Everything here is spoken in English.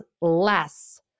less